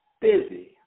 busy